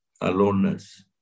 aloneness